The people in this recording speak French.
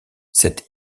cette